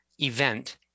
event